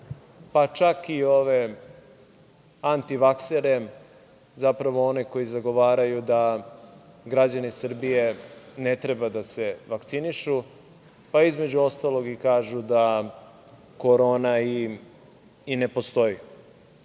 pa čak i ove antivaksere, zapravo ove koji zagovaraju da građani Srbije ne treba da se vakcinišu, pa između ostalog kažu da korona i ne postoji,